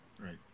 Right